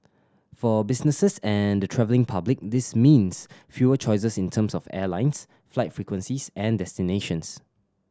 for businesses and the travelling public this means fewer choices in terms of airlines flight frequencies and destinations